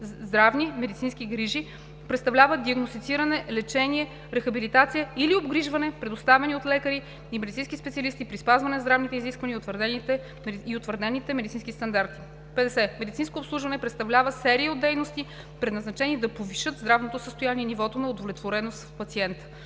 (здравни, медицински грижи) представлява диагностициране, лечение, рехабилитация или обгрижване, предоставени от лекари и медицински специалисти при спазване на здравните изисквания и утвърдените медицински стандарти. 50. „Медицинско обслужване“ представлява серия от дейности, предназначени да повишат здравното състояние и нивото на удовлетвореност в пациента.